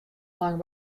lang